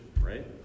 right